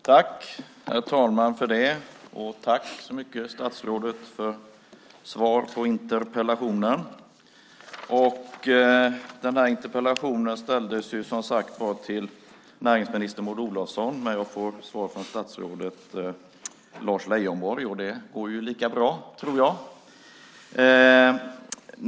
Herr talman! Jag tackar statsrådet för svaret på interpellationen. Den ställdes som sagt var till näringsminister Maud Olofsson, men jag fick svar från statsrådet Lars Leijonborg - och det går lika bra, tror jag.